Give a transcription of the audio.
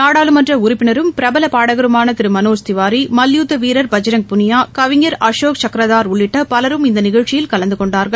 நாடாளுமன்ற உறுப்பினரும் பிரபல பாடகருமான திரு மனோஜ் திவாரி மல்யுத்த வீரர் பஜ்ரங் புளியா கவிஞர் அசோக் கக்ரதார் உள்ளிட்ட பலரும் இந்த நிகழ்ச்சியில் கலந்துகொண்டார்கள்